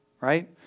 right